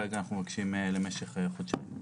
כרגע אנחנו מבקשים למשך חודשיים.